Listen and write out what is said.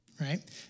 right